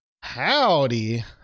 Howdy